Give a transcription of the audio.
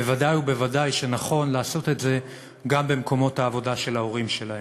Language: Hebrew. בוודאי ובוודאי נכון לעשות את זה גם במקומות העבודה של ההורים שלהם.